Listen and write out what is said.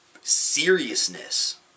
seriousness